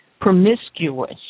promiscuous